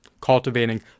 cultivating